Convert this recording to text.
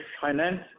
finance